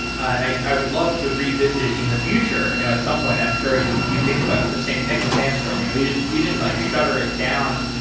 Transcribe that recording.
and i i would love to revisit in the future. and at some point i'm sure you you think about the same thing with sandstorm. you know you didn't you didn't like shutter it down,